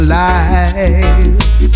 life